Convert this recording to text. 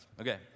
Okay